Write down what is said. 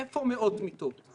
איפה מאות מיטות?